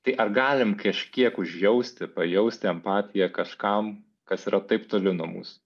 tai ar galim kažkiek užjausti pajausti empatiją kažkam kas yra taip toli nuo mūsų